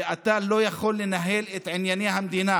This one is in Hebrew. ואתה לא יכול לנהל את ענייני המדינה